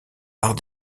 art